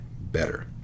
better